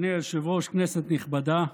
אדוני היושב-ראש, כנסת נכבדה,